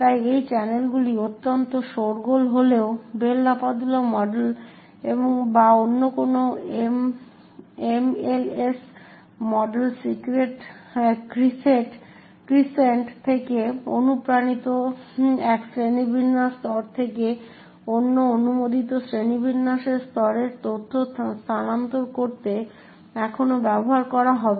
তাই এই চ্যানেলগুলি অত্যন্ত শোরগোল হলেও বেল লাপাডুলা মডেল বা অন্য কোনো এমএলএস মডেল ক্রিসেন্ট থেকে অনুপ্রাণিত এক শ্রেণিবিন্যাস স্তর থেকে অন্য অননুমোদিত শ্রেণিবিন্যাসের স্তরে তথ্য স্থানান্তর করতে এখনও ব্যবহার করা হবে